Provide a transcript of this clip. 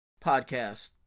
podcast